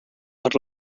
per